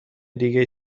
دیگه